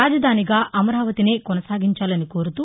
రాజధానిగా అమరావతిని కొనసాగించాలని కోరుతూ